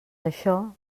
això